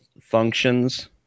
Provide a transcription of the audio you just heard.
functions